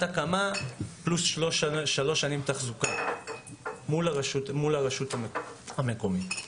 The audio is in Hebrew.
הקמה פלוס שלוש שנים תחזוקה מול הרשות המקומית.